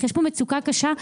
יש פה מצוקה קשה.